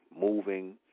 moving